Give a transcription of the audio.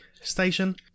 station